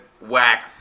whack